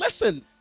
Listen